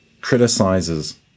criticizes